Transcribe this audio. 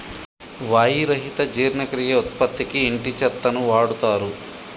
వాయి రహిత జీర్ణక్రియ ఉత్పత్తికి ఇంటి చెత్తను వాడుతారు